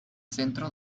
centro